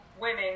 women